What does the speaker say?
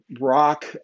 rock